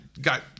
got